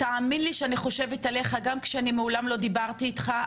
תאמין לי שאני חושבת עליך גם אם מעולם לא דיברתי איתך.